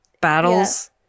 battles